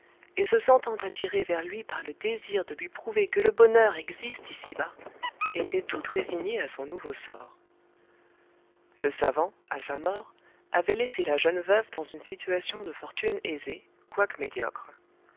et se sentant attirée vers lui par le désir de lui prouver que le bonheur existe ici-bas était toute résignée à son nouveau sort le savant à sa mort avait laissé la jeune veuve dans une situation de fortune aisée quoique médiocre